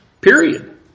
period